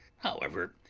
however,